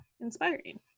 inspiring